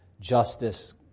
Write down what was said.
justice